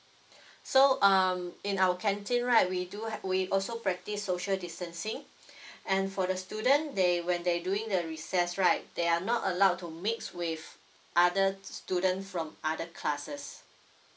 so um in our canteen right we do ha~ we also practice social distancing and for the student they when they doing the recess right they are not allowed to mix with other student from other classes